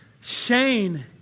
Shane